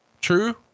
True